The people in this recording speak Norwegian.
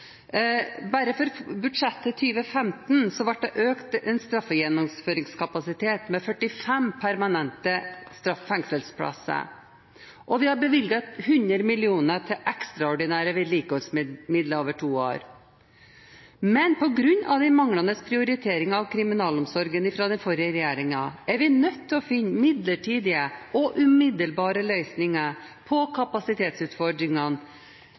Bare i budsjettet for 2015 ble straffegjennomføringskapasiteten økt med 45 permanente fengselsplasser, og vi har bevilget 100 mill. kr i ekstraordinære vedlikeholdsmidler over to år. Men på grunn av manglende prioritering av kriminalomsorgen fra den forrige regjering er man nødt til å finne midlertidige og umiddelbare løsninger på kapasitetsutfordringene.